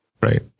right